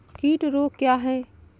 कीट रोग क्या है?